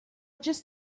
just